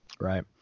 Right